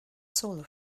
solo